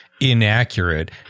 inaccurate